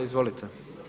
Izvolite.